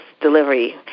delivery